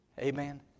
Amen